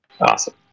Awesome